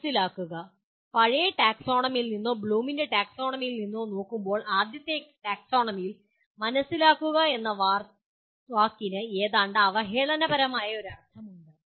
മനസ്സിലാക്കുക പഴയ ടാക്സോണമിയിൽ നിന്നോ ബ്ലൂമിന്റെ ടാക്സോണമിയിൽ നിന്നോ നോക്കുമ്പോൾ ആദ്യത്തെ ടാക്സോണമിയിൽ മനസ്സിലാക്കുക എന്ന വാക്കിന് ഏതാണ്ട് അവഹേളനപരമായ അർത്ഥമുണ്ട്